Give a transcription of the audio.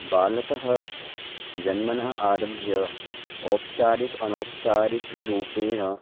बालकः जन्मनः आरभ्य ओपचारिक अनौपचारिकरूपेण